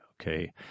Okay